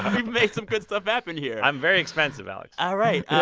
we've made some good stuff happen here i'm very expensive, alex all right yeah,